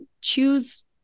choose